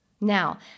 Now